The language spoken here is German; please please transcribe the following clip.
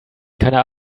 keiner